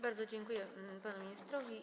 Bardzo dziękuję panu ministrowi.